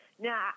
now